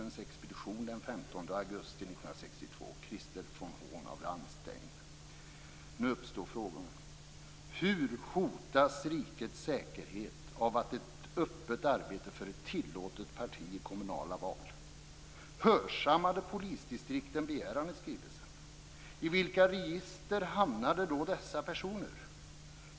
Nu uppstår frågorna: Hur hotas rikets säkerhet av ett öppet arbete för ett tillåtet parti i kommunala val? vilka register hamnade då dessa personer?